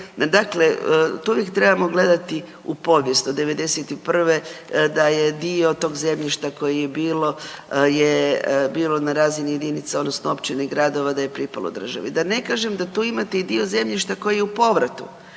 dakle to uvijek trebamo gledati u povijest od '91. da je dio tog zemljišta koje je bilo je bilo na razini jedinica odnosno općina i gradova da je pripalo državi, da ne kažem da tu imate i dio zemljišta koji je u povratu,